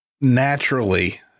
naturally